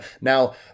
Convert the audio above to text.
Now